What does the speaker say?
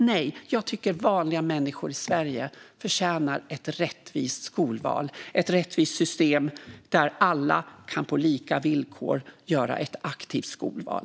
Nej, jag tycker att vanliga människor i Sverige förtjänar ett rättvist skolval och ett rättvist system där alla på lika villkor kan göra ett aktivt skolval.